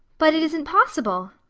but it isn't possible.